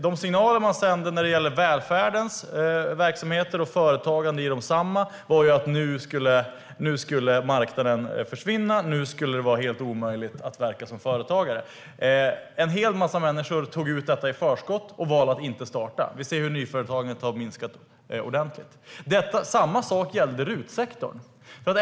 De signaler som sänds ut när det gäller välfärdens verksamheter och företagande är desamma, men nu ska marknaden försvinna och nu ska det vara helt omöjligt att verka som företagare. En hel massa människor tog ut detta i förskott och valde att inte starta företag. Vi ser hur nyföretagandet har minskat ordentligt. Samma sak gällde RUT-sektorn.